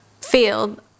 field